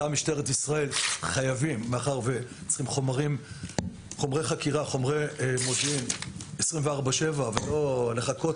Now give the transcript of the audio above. תא משטרת ישראל חייבים חומרי חקירה 24/7 ולא לחכות